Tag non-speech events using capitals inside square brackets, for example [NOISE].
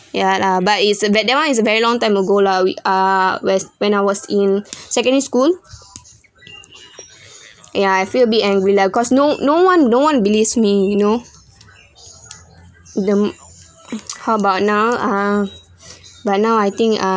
ya lah but it's a ve~ that one is a very long time ago lah we uh where's when I was in [NOISE] secondary school yeah I feel a bit angry lah because no no one no one believes me you know the [NOISE] how about now uh but now I think ah